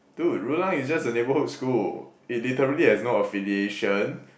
dude Rulang is just a neighbourhood school it literally has no affiliation